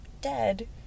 dead